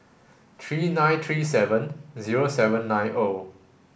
three nine three seven zero seven nine O